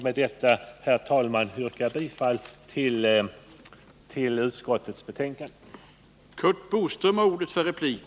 Med detta vill jag yrka bifall till utskottets hemställan.